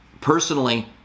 Personally